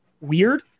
weird